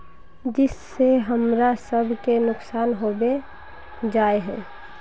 जिस से हमरा सब के नुकसान होबे जाय है?